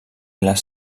les